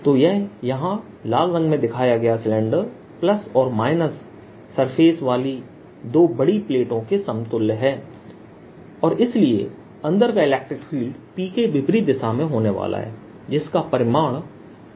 तो यह यहाँ लाल रंग में दिखाया गया सिलेंडर प्लस और माइनस सरफेस चार्ज वाली दो बड़ी प्लेटों के समतुल्य है और इसलिए अंदर का इलेक्ट्रिक फील्डPके विपरीत दिशा में होने वाला है जिसका परिमाण P0 है